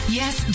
yes